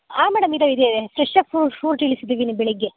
ಆಂ madam ಇದೆ ಇದೆ ಫ್ರೆಶ್ಶಾಗಿ ಫ್ರೂಟ್ ಇಳಿಸಿದೀನಿ ಬೆಳಿಗ್ಗೆ